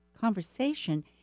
conversation